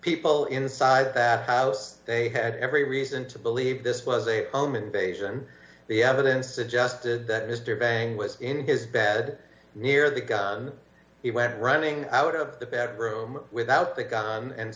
people inside bad house they had every reason to believe this was a home invasion the evidence suggested that mr bang was in his bed near the gun he went running out of the bedroom without the gun and